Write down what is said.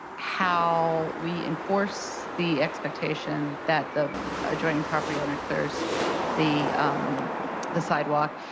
how we enforce the expectation that the adjoining property owner clears the the sidewalk.